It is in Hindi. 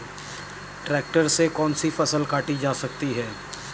ट्रैक्टर से कौन सी फसल काटी जा सकती हैं?